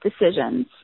decisions